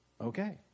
Okay